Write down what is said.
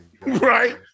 Right